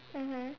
mmhmm